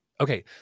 Okay